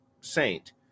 saint